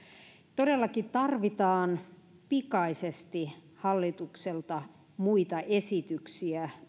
todellakin tarvitaan pikaisesti hallitukselta muita esityksiä